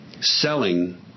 selling